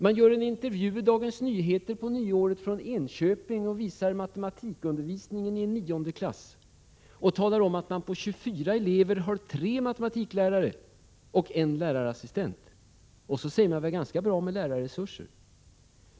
Man gjorde en intervju i Dagens Nyheter på nyåret beträffande matematikundervisningen i en klass i årskurs 9 i Enköping. Där talar man om att klassen på 24 elever har tre matematiklärare och en lärarassistent, och så säger man att det är ganska bra med lärarresurser.